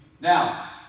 Now